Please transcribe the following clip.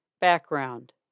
Background